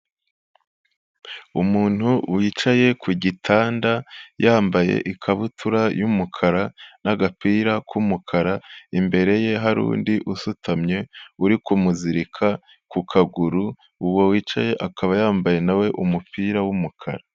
Umuntu wicaye ku gitanda yambaye ikabutura y'umukara n'agapira k'umukara, imbere ye hari undi usutamye uri kumuzirika ku kaguru, uwo wicaye akaba yambaye nawe umupira w'umukara.